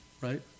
Right